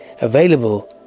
available